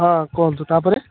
ହଁ କୁହନ୍ତୁ ତା'ପରେ